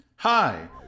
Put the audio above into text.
Hi